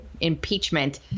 impeachment